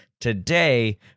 today